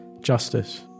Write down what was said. justice